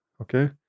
okay